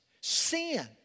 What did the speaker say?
sin